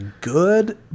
good